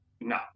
no